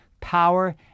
power